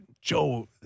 Joe